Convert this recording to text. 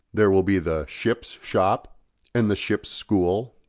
there will be the ship's shop and the ship's school,